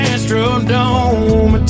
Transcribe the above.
Astrodome